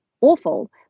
awful